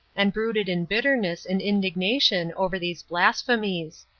and brooded in bitterness and indignation over these blasphemies.